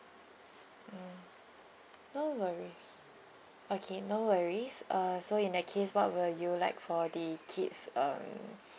mm no worries okay no worries uh so in that case what will you like for the kids mm